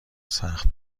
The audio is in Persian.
سخت